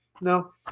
No